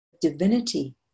divinity